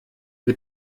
wir